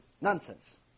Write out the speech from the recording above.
nonsense